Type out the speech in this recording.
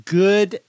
good